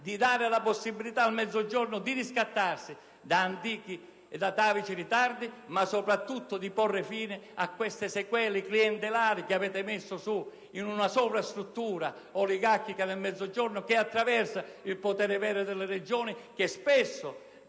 di dare la possibilità al Mezzogiorno di riscattarsi da antichi ed atavici ritardi, ma soprattutto di porre fine a queste sequele clientelari che avete messo su nel Mezzogiorno, in una sovrastruttura oligarchica che attraversa il potere vero delle Regioni, che spesso